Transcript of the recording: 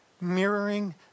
Mirroring